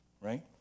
Right